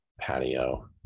patio